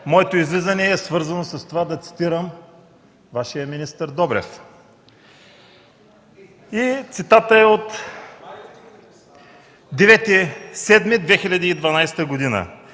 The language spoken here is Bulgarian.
моето излизане е свързано с това да цитирам Вашия министър Добрев. Цитатът е от 9.07.2012 г.: